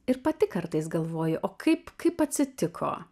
ir pati kartais galvoju o kaip kaip atsitiko